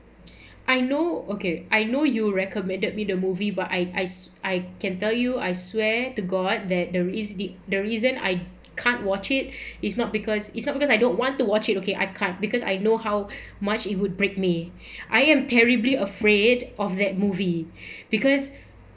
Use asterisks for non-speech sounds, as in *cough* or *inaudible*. I know okay I know you recommended me the movie but I I I can tell you I swear to god that there is the the reason I can't *breath* watch it is not because it's not because I don't want to watch it okay I can't because I know how much it would break me I am terribly afraid of that movie because